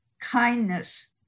kindness